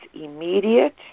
immediate